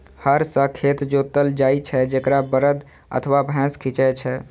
हर सं खेत जोतल जाइ छै, जेकरा बरद अथवा भैंसा खींचै छै